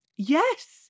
Yes